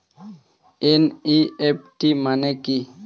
NEFT মানে কি?